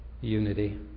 unity